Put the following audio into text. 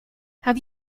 have